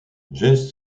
jess